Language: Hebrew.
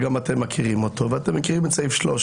וגם אתם מכירים אותו ואתם מכירים את סעיף 13,